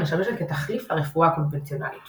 המשמשת כתחליף לרפואה קונבנציונלית